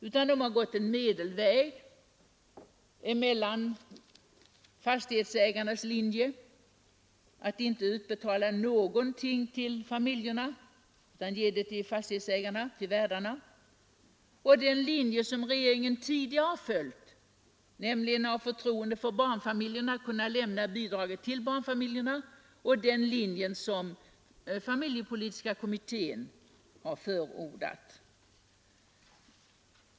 Regeringen har gått en medelväg mellan å ena sidan fastighetsägarnas linje att man inte skall utbetala någonting till familjerna utan ge hela tillägget till värdarna och å andra sidan den linje som regeringen tidigare följt och familjepolitiska kommittén förordat, nämligen att man skall ha ett sådant förtroende för barnfamiljerna att bostadstilläggen lämnas till dessa.